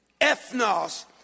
ethnos